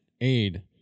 aid